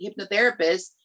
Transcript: hypnotherapist